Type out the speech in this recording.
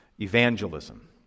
evangelism